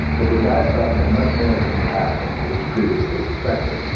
but the diastolic had much more of an impact than was previously suspected.